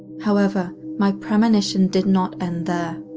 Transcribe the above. however, my premonition did not end there.